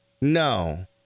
No